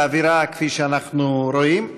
באווירה כפי שאנחנו רואים.